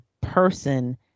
person